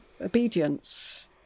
obedience